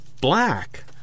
black